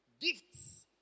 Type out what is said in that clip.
gifts